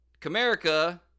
Comerica